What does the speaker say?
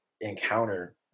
encounter